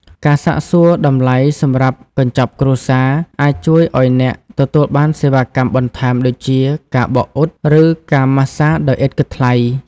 ការសាកសួររកតម្លៃសម្រាប់ "កញ្ចប់គ្រួសារ"អាចជួយឱ្យអ្នកទទួលបានសេវាកម្មបន្ថែមដូចជា ការបោកអ៊ុត ឬការម៉ាស្សាដោយឥតគិតថ្លៃ។